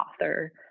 author